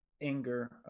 anger